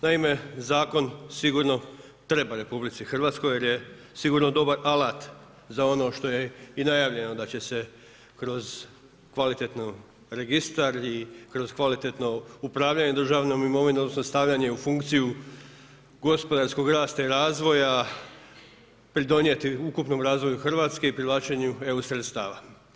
Naime, zakon sigurno treba RH jer je sigurno dobar alat za ono što je i najavljeno da će se kroz kvalitetan registar i kroz kvalitetno upravljanje državnom imovinom odnosno stavljanje u funkciju gospodarskog rasta i razvoja pridonijeti ukupnom razvoju Hrvatske i privlačenju EU sredstava.